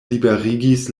liberigis